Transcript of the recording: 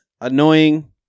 annoying